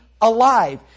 alive